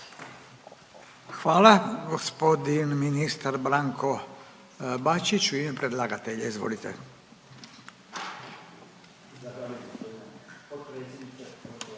Hvala. Gospodin ministar Branko Bačić u ime predlagatelja, izvolite.